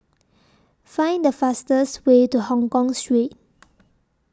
Find The fastest Way to Hongkong Street